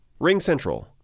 RingCentral